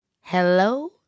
hello